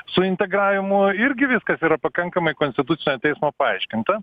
su integravimu irgi viskas yra pakankamai konstitucinio teismo paaiškinta